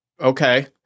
Okay